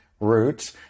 route